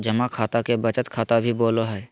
जमा खाता के बचत खाता भी बोलो हइ